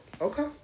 Okay